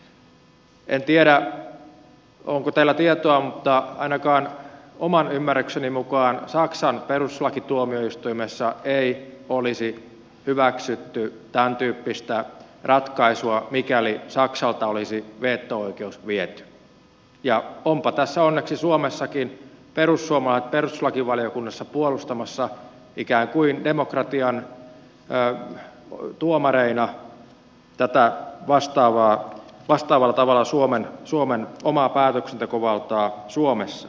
en tiedä onko teillä tietoa mutta ainakaan oman ymmärrykseni mukaan saksan perustuslakituomioistuimessa ei olisi hyväksytty tämäntyyppistä ratkaisua mikäli saksalta olisi veto oikeus viety ja ovatpa tässä onneksi suomessakin perussuomalaiset perustuslakivaliokunnassa puolustamassa ikään kuin demokratian tuomareina tätä vastaavalla tavalla suomen omaa päätöksentekovaltaa suomessa